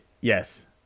Yes